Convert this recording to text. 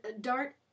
Dart